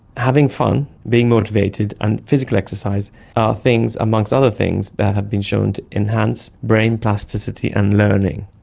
having fun, being motivated and physical exercise are things, amongst other things, that have been shown to enhance brain plasticity and learning.